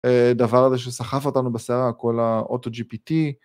דבר הזה שסחף אותנו בסערה, כל הAuto GPT.